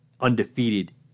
undefeated